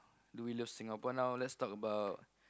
do we love Singapore now let's talk about